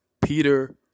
Peter